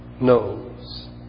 knows